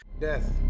death